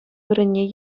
вырӑнне